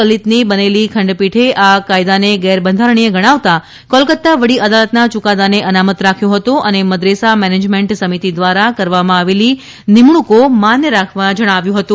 લલિતની બનેલી ખંડપીઠે આ કાયદાને ગેરબંધારણીય ગણાવતા કોલકત્તા વડી અદાલતના ચુકાદાને અનામત રાખ્યો હતો અને મદરેસા મેનેજમેન્ટ સમિતિ દ્વારા કરવામાં આવેલી નિમણૂંકો માન્ય રાખવા જણાવ્યું હતું